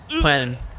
planning